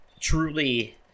truly